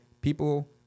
People